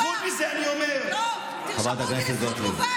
חוץ מזה אני אומר, תרשמו אותי לזכות תגובה.